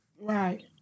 right